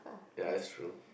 ya that's true